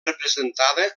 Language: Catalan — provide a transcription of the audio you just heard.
representada